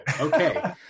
Okay